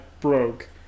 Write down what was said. broke